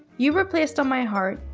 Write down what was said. you were placed on my heart.